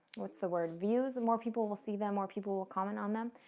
what's the word? views. and more people will see them, more people will comment on them.